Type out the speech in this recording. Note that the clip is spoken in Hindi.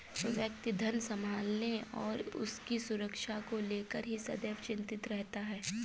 व्यक्ति धन संभालने और उसकी सुरक्षा को लेकर ही सदैव चिंतित रहता है